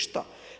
Što?